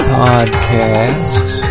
podcasts